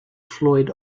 floyd